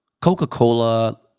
Coca-Cola